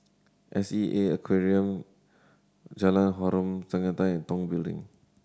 S E A Aquarium Jalan Harom Setangkai and Tong Building